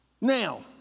Now